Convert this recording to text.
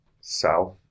south